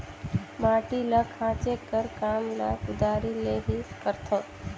माटी ल खाचे कर काम ल कुदारी ले ही करथे